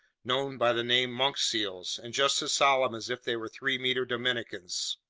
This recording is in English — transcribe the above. known by the name monk seals and just as solemn as if they were three-meter dominicans.